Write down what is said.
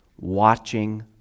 Watching